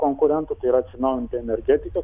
konkurentų tai yra atsinaujinanti energetika